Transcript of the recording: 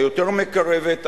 היותר-מקרבת,